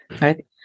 Right